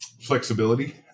flexibility